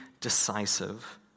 decisive